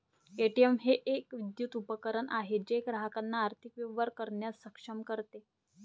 ATM हे एक विद्युत उपकरण आहे जे ग्राहकांना आर्थिक व्यवहार करण्यास सक्षम करते